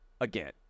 again